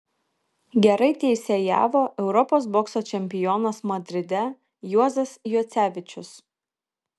gerai teisėjavo europos bokso čempionas madride juozas juocevičius